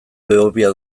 behobia